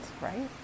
right